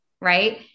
right